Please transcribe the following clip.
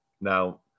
Now